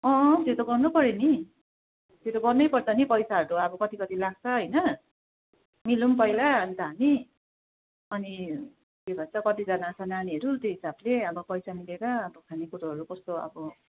अँ त्यो त गर्नुपऱ्यो त्यो त गर्नै पर्छ नि पैसाहरू अब कति कति लाग्छ होइन मिलाउँ पहिला अन्त हामी अनि के भन्छ कतिजना छ नानीहरू त्यो हिसाबले अब पैसा मिलेर खानेकुराहरू कस्तो अब